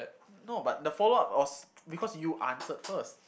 no but the follow up was because you answered first